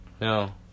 No